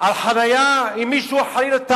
על חנייה, אם מישהו חלילה טעה,